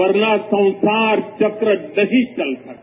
वर्ना संसार चक्र नहीं चल सकता